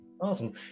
Awesome